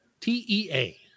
T-E-A